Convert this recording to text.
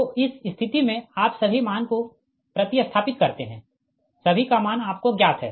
तो इस स्थिति में आप सभी मान को प्रति स्थापित करते है सभी का मान आपको ज्ञात है